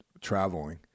traveling